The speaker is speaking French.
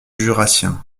jurassien